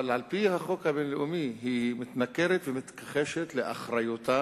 אבל על-פי החוק הבין-לאומי היא מתנכרת ומתכחשת לאחריותה